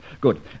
Good